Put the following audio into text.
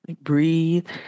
Breathe